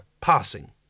passing